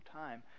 time